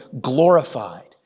glorified